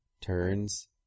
turns